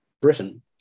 Britain